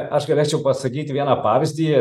aš galėčiau pasakyti vieną pavyzdį